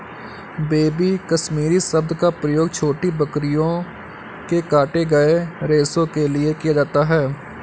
baby Kashmiri शब्द का प्रयोग छोटी बकरियों के काटे गए रेशो के लिए किया जाता है